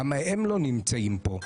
למה הם לא נמצאים פה?